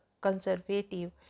conservative